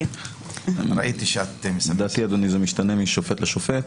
לדעתי זה משתנה משופט לשופט.